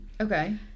Okay